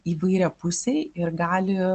įvairiapusiai ir gali